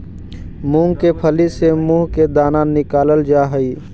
मूंग के फली से मुंह के दाना निकालल जा हई